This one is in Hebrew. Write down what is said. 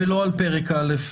ולא על פרק א'.